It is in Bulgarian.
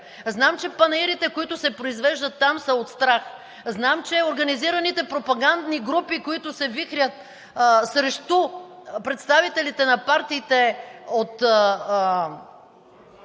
Знам, че панаирите, които се произвеждат там, са от страх. Знам, че организираните пропагандни групи, които се вихрят срещу представителите на партиите от